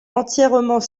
entièrement